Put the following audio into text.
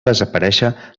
desaparèixer